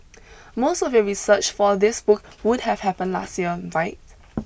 most of your research for this book would have happened last year right